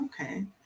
Okay